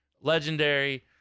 Legendary